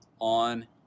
on